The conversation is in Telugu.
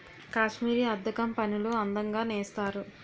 కాశ్మీరీ అద్దకం పనులు అందంగా నేస్తారు